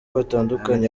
batandukanye